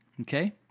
Okay